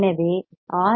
எனவே ஆர்